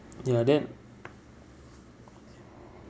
ya that